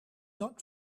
not